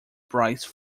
price